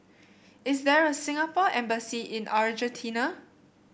is there a Singapore Embassy in Argentina